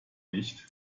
nicht